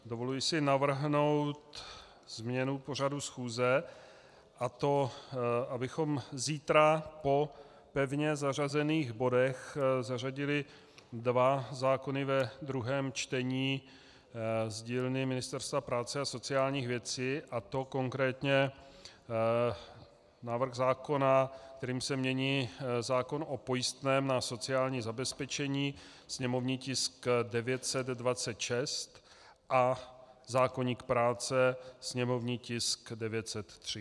Dovoluji si navrhnout změnu pořadu schůze, a to abychom zítra po pevně zařazených bodech zařadili dva zákony ve druhém čtení z dílny Ministerstva práce a sociálních věcí, a to konkrétně návrh zákona, kterým se mění zákon o pojistném na sociální zabezpečení, sněmovní tisk 926, a zákoník práce, sněmovní tisk 903.